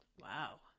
Wow